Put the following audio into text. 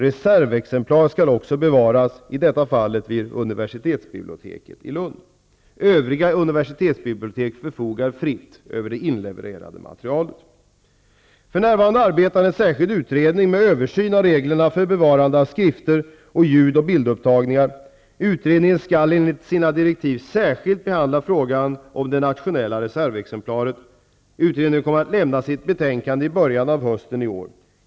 Reservexemplar skall också bevaras vid universitetsbiblioteket i Lund. Övriga universitetsbibliotek förfogar fritt över det inlevererade materialet. För närvarande arbetar en särskild utredning med översyn av reglerna för bevarande av skrifter och ljud och bildupptagningar. Utredningen skall enligt sina direktiv särskilt behandla frågan om det nationella reservexemplaret. Utredningen kommer att lämna sitt betänkande i början av hösten i år.